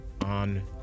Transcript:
on